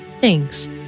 Thanks